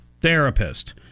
therapist